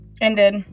ended